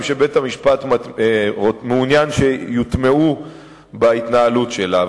שבית-המשפט מעוניין שיוטמעו בהתנהלות שלה.